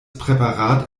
präparat